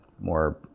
more